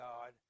God